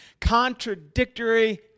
contradictory